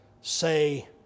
say